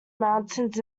mountains